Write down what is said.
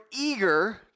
eager